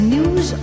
News